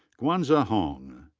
guanzhe hong.